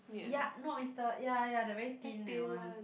ya no it's the ya ya the very thin that one